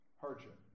hardship